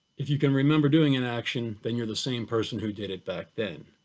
if you can remember doing an action, then you're the same person who did it back then,